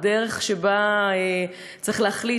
בדרך שבה צריך להחליט,